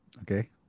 Okay